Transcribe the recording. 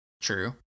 True